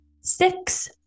Six